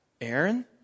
Aaron